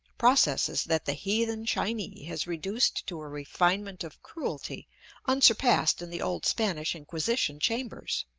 processes that the heathen chinee has reduced to a refinement of cruelty unsurpassed in the old spanish inquisition chambers.